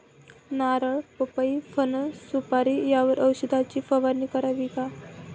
नारळ, पपई, फणस, सुपारी यावर औषधाची फवारणी करावी का?